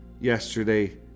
yesterday